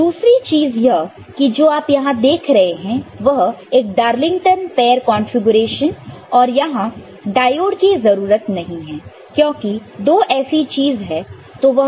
और दूसरी चीज यह है कि जो आप यहां देख रहे हैं वह एक डार्लिंगटन पैर कंफीग्रेशन और यहां डायोड की जरूरत नहीं है क्योंकि दो ऐसी चीज है